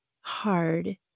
hard